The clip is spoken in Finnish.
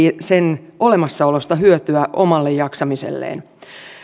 sen olemassaolosta hyötyä omalle jaksamiselleen